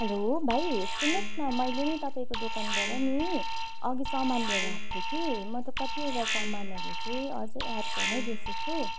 hello भाइ सुन्नुहोस् न मैले नि तपाईँको दोकानबाट नि अघि सामान लिएर आएको थिएँ कि म त कतिवटा सामानहरू चाहिँ अझै एड गर्नै बिर्सेछु